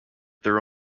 their